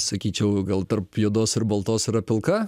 sakyčiau gal tarp juodos ir baltos yra pilka